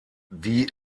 die